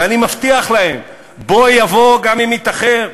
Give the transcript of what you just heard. ואני מבטיח להם, בוא יבוא, גם אם יתאחר.